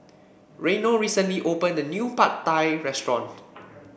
Reino recently opened a new Pad Thai restaurant